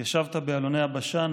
התיישבת באלוני הבשן,